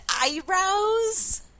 eyebrows